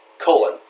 colon